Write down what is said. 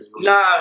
Nah